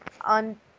on